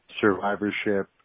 survivorship